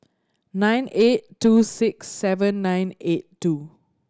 nine eight two six seven nine eight two